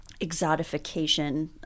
exotification